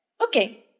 Okay